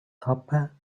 copper